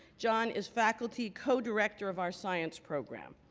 john is faculty co-director of our science program.